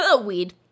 Weed